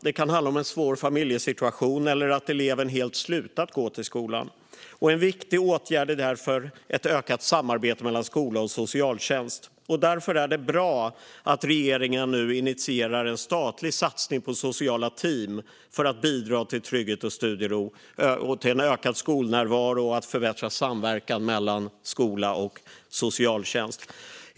Det kan handla om en svår familjesituation eller om att eleven helt slutat gå till skolan. En viktig åtgärd är därför ett ökat samarbete mellan skola och socialtjänst. Därför är det bra att regeringen nu initierar en statlig satsning på sociala team för att bidra till trygghet och studiero, en ökad skolnärvaro och en förbättrad samverkan mellan skola och socialtjänst.